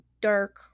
dark